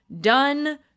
done